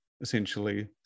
essentially